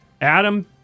Adam